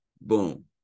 Boom